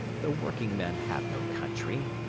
the working men have no country.